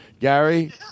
Gary